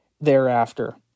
thereafter